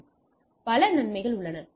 எனவே பல நன்மைகள் உள்ளன